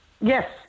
Yes